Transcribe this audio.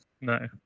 No